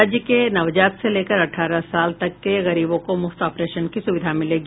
राज्य के नवजात से लेकर अठारह साल तक के गरीबों को मुफ्त ऑपरेशन की सुविधा मिलेगी